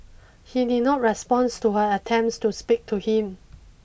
he did not responds to her attempts to speak to him